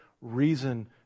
reason